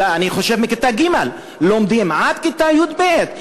אני חושב שמכיתה ג' לומדים עד כיתה י"ב,